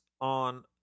on